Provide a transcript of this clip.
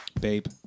Babe